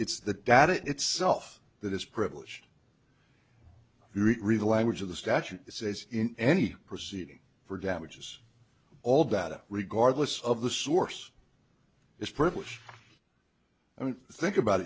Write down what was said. it's the data itself that is privileged language of the statute that says in any proceeding for damages all data regardless of the source is privilege i mean think about